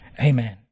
Amen